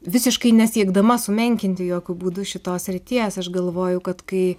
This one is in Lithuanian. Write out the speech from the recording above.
visiškai nesiekdama sumenkinti jokiu būdu šitos srities aš galvoju kad kai